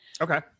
Okay